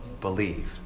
believe